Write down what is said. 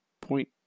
point